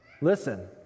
Listen